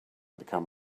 become